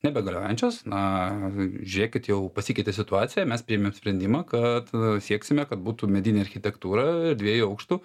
nebegaliojančios na žiūrėkit jau pasikeitė situacija mes priėmėm sprendimą kad sieksime kad būtų medinė architektūra dviejų aukštų